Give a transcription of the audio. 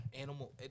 animal